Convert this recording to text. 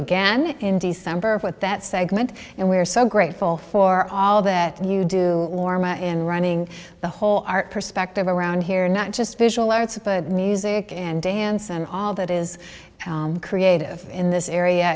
again in december with that segment and we're so grateful for all that you do warm and running the whole art perspective around here not just visual arts of the music and dance and all that is creative in this area